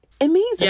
Amazing